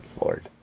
Lord